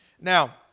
Now